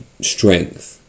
strength